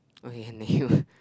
okay can